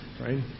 right